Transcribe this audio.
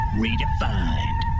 redefined